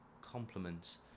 Compliments